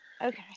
Okay